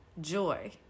joy